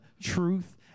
truth